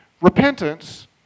Repentance